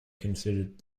considered